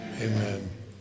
Amen